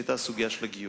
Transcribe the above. שהיתה הסוגיה של הגיור.